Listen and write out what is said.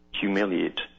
humiliate